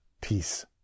peace